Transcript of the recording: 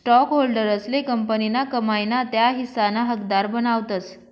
स्टॉकहोल्डर्सले कंपनीना कमाई ना त्या हिस्साना हकदार बनावतस